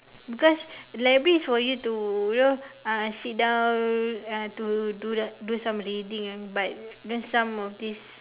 because the library is for you to you know uh sit down uh to do some reading lah but there's some of this